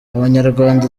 abanyarwanda